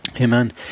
Amen